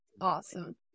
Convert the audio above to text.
Awesome